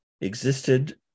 existed